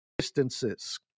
distances